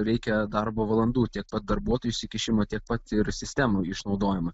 reikia darbo valandų tiek pat darbuotojų įsikišimo tiek pat ir sistemų išnaudojimo